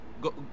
go